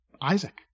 Isaac